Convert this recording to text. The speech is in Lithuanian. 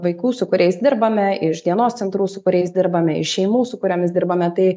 vaikų su kuriais dirbame iš dienos centrų su kuriais dirbame iš šeimų su kuriomis dirbame tai